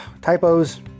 typos